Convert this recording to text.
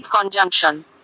conjunction